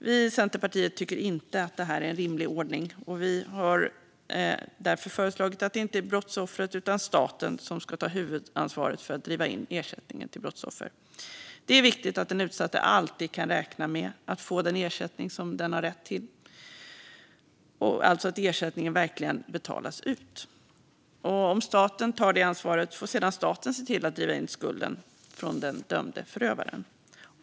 Vi i Centerpartiet tycker inte att det här är en rimlig ordning. Vi har därför föreslagit att det inte är brottsoffret, utan staten, som ska ta huvudansvaret för att driva in ersättningen till brottsoffer. Det är viktigt att den utsatte alltid kan räkna med att få den ersättning som denne har rätt till, alltså att ersättningen verkligen betalas ut. Om staten tar det ansvaret får sedan staten se till att driva in skulden från den dömde förövaren.